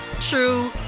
true